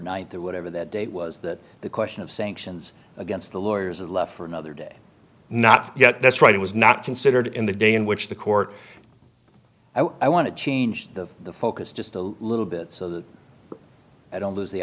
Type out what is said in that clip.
november th or whatever that date was that the question of sanctions against the lawyers is left for another day not yet that's right it was not considered in the day in which the court i want to change the focus just a little bit so that i don't lose the